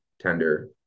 tender